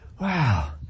Wow